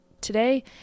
today